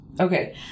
Okay